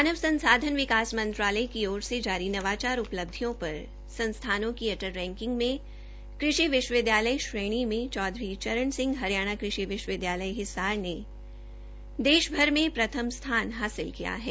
मानव संसाधन विकास मंत्रालय की ओर से जारी नवाचार उपलब्धियों पर संस्थानों की अटल रैंकिंग में कृषि कृषि विश्वविद्यालय श्रेणी में चौधरी चरण सिंह हरियाणा कृषि विश्वविद्यालय हिसार ने देशभर में स्थान हासिल किया है